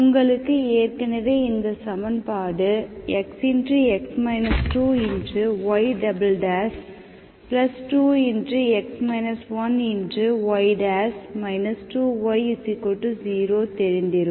உங்களுக்கு ஏற்கனவே இந்த சமன்பாடு x y 2 y 2y 0தெரிந்திருக்கும்